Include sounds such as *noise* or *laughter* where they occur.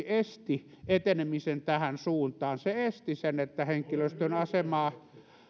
*unintelligible* esti etenemisen tähän suuntaan se esti sen että henkilöstön asemaa